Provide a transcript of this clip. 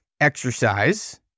exercise